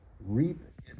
Reap